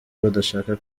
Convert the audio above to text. badashaka